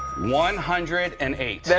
one hundred and eight.